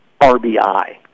RBI